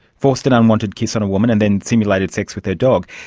forced an unwanted kiss on a woman and then simulated sex with her dog.